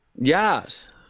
Yes